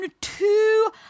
two